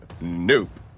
Nope